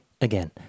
Again